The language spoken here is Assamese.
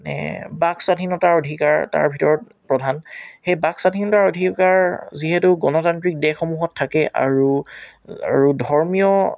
বাক স্বাধীনতাৰ অধিকাৰ তাৰ ভিতৰত প্ৰধান সেই বাক স্বাধীনতাৰ অধিকাৰ যিহেতু গণতান্ত্ৰিক দেশসমূহত থাকে আৰু আৰু ধৰ্মীয়